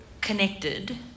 connected